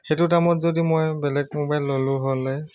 সেইটো দামত যদি মই বেলেগ মোবাইল ললোঁ হ'লে